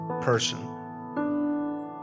person